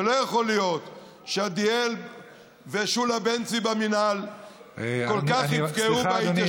ולא יכול שעדיאל ושולה בן צבי במינהל כל כך יפגעו בהתיישבות,